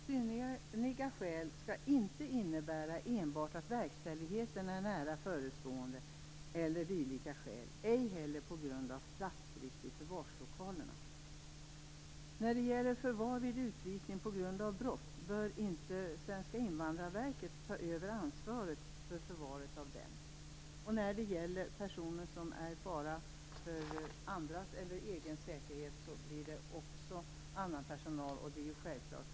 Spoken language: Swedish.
"Synnerliga skäl" skall inte innebära enbart att verkställigheten är nära förestående eller dylikt, inte heller platsbrist i förvarslokalerna. När det gäller förvar vid utvisning på grund av brott, bör inte Statens invandrarverk ta över ansvaret för förvaret. När det gäller personer som är en fara för andras eller egen säkerhet, blir det också annan personal. Det är självklart.